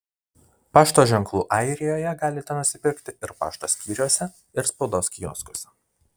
pašto ženklų airijoje galite nusipirkti ir pašto skyriuose ir spaudos kioskuose